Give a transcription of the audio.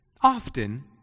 often